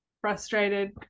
frustrated